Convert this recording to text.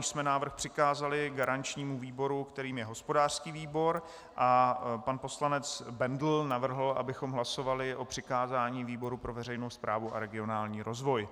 Už jsme návrh přikázali garančnímu výboru, kterým je hospodářský výbor, a pan poslanec Bendl navrhl, abychom hlasovali o přikázání výboru pro veřejnou správu a regionální rozvoj.